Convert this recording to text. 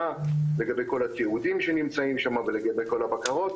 לגבי כל התיעודים שנמצאים שם ולגבי כל הבקרות.